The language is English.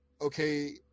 okay